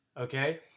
okay